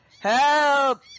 Help